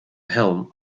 helm